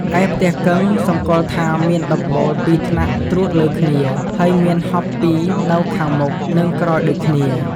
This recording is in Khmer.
ឯផ្ទះកឹង សម្គាល់ថាមានដំបូលពីរថ្នាក់ត្រួតលើគ្នា ហើយមានហប់ពីរនៅខាងមុខនិងក្រោយដូចគ្នា។